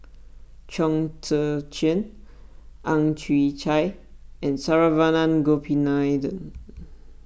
Chong Tze Chien Ang Chwee Chai and Saravanan Gopinathan